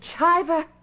Chiver